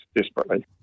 desperately